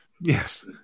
Yes